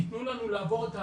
יתנו לנו לעבור,